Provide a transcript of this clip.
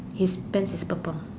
his pants is purple